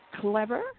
clever